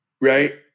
right